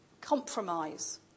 compromise